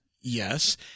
yes